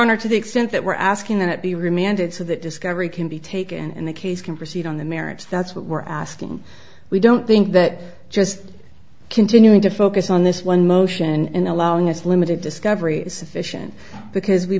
honor to the extent that we're asking that be remanded so that discovery can be taken and the case can proceed on the merits that's what we're asking we don't think that just continuing to focus on this one motion and allowing us limited discovery is sufficient because we